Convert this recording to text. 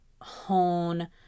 hone